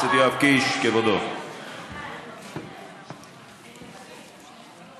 כי אני לא הערתי לך שתבקש מהם להיות בשקט.